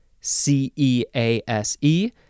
C-E-A-S-E